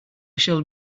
shall